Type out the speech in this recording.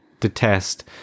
detest